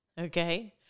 okay